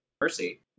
mercy